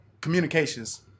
communications